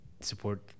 support